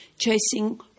Chasing